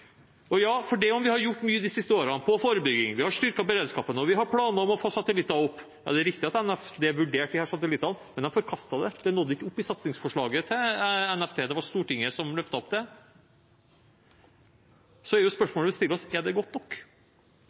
– ja, det er riktig at Nærings- og fiskeridepartementet har vurdert disse satellittene, men de har forkastet det, det nådde ikke opp i satsingsforslaget til NFD, det var Stortinget som løftet det opp – er jo spørsmålet: Er det godt nok?